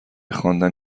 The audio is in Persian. خواندن